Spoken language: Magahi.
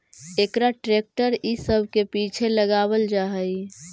एकरा ट्रेक्टर इ सब के पीछे लगावल जा हई